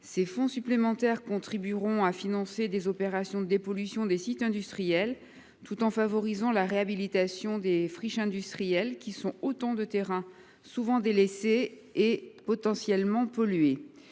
ces fonds supplémentaires contribueront à financer des opérations de dépollution des sites industriels, tout en favorisant la réhabilitation des friches industrielles, qui sont autant de terrains souvent délaissés et potentiellement pollués.